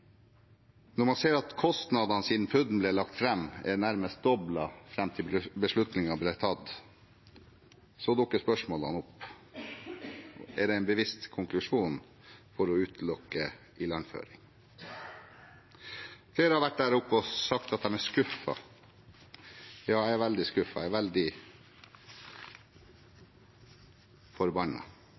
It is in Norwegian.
Når man ser at kostnadene siden PUD-en ble lagt fram, er nærmest doblet fram til beslutningen ble tatt, dukker spørsmålene opp. Er det en bevisst konklusjon for å utelukke ilandføring? Flere har vært her oppe og sagt at de er skuffet. Ja, jeg er veldig skuffet, jeg er veldig forbanna. Avgjørelsene fra oljeselskapene vil få uheldige konsekvenser for